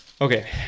Okay